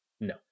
No